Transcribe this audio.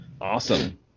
Awesome